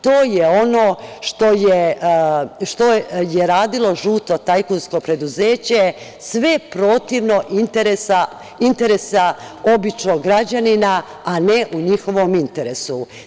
To je ono što je radilo žuto tajkunsko preduzeće, sve protivno interesu običnog građanina, a ne u njihovom interesu.